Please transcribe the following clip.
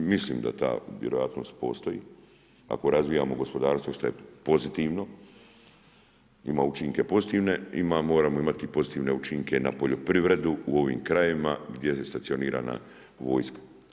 Mislim da ta vjerojatnost postoji, ako razvijamo gospodarstvo šta je pozitivno, ima učinke pozitivne, moramo imati i pozitivne učinke na poljoprivredu u ovim krajevima gdje je stacionirana vojska.